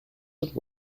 should